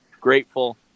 grateful